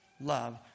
love